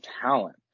talent